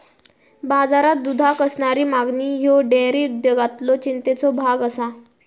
बाजारात दुधाक असणारी मागणी ह्यो डेअरी उद्योगातलो चिंतेचो भाग आसा